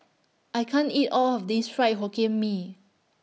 I can't eat All of This Fried Hokkien Mee